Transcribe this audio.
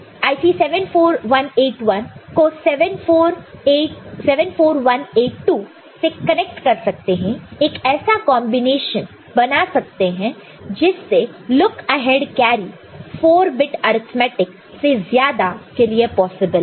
IC 74181 तो IC 74182 से connect कर सकते हैं एक ऐसा कॉन्बिनेशन बना सकते हैं जिससे look ahead carry 4 bit arithmetic से ज्यादा के लिए पॉसिबल है